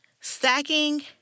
Stacking